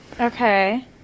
Okay